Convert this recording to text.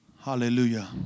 hallelujah